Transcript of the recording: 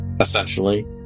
essentially